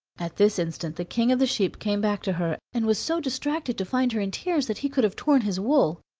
at this instant the king of the sheep came back to her, and was so distracted to find her in tears that he could have torn his wool.